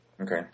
Okay